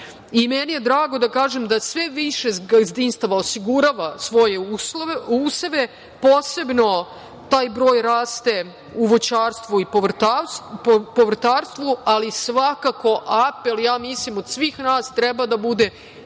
meni je drago da kažem da sve više gazdinstava osigurava svoje useve, posebno taj broj raste u voćarstvu i povrtarstvu, ali svakako apel ja mislim od svih nas treba da bude